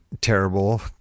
terrible